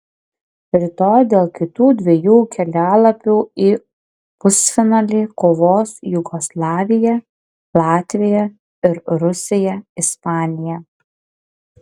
rytoj dėl kitų dviejų kelialapių į pusfinalį kovos jugoslavija latvija ir rusija ispanija